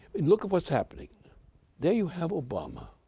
and look at what's happening there you have obama,